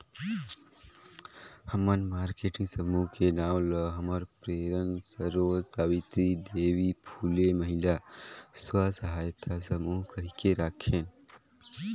हमन मारकेटिंग समूह के नांव ल हमर प्रेरन सरोत सावित्री देवी फूले महिला स्व सहायता समूह कहिके राखेन